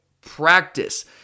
practice